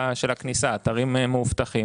האתרים מאובטחים,